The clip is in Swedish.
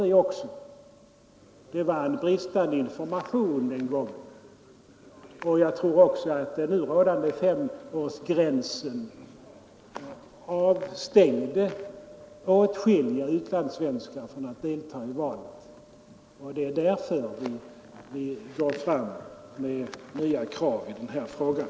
Det gavs en bristande information den gången, och jag tror också att den nu rådande femårsgränsen avstängde åtskilliga utlandssvenskar från att delta i valet. Det är därför vi går fram med nya krav i den här frågan.